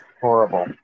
horrible